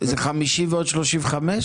זה 50 ועוד 35?